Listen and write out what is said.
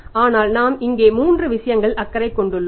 ஆனால் நாம் இங்கே மூன்று விஷயங்களில் அக்கறை கொண்டுள்ளோம்